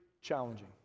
challenging